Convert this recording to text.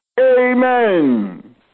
Amen